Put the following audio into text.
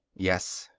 yes.